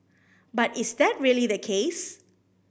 but is that really the case